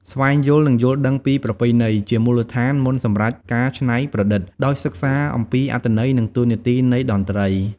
ស្វែងយល់ និងយល់ដឹងពីប្រពៃណី ជាមូលដ្ឋានមុនសម្រាប់ការច្នៃប្រឌិត ដោយសិក្សាអំពីអត្ថន័យនិងតួនាទីនៃតន្ត្រី។